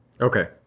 Okay